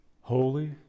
Holy